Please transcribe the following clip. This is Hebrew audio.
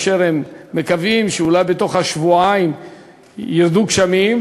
מקווים שאולי בתוך השבועיים ירדו גשמים,